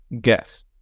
Guess